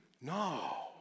No